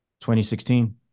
2016